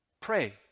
Pray